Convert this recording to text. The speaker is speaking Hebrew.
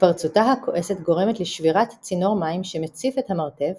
התפרצותה הכועסת גורמת לשבירת צינור מים שמציף את המרתף